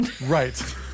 Right